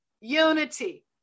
unity